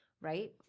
right